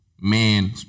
man